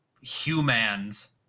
humans